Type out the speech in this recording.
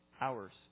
hours